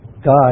God